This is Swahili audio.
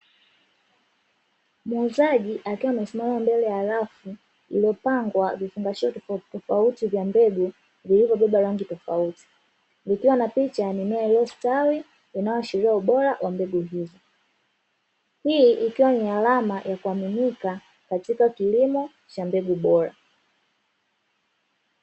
Muuzaji akiwa amesimama mbele ya rafu iliyopangwa vifungashio tofautitofauti vya mbegu vilivyobeba rangi tofauti. Ikiwa na picha ya mimea iliyostawi inayoashiria ubora wa mbegu hizo. Hii ikiwa ni alama ya kuaminika katika kilimo cha mbegu bora.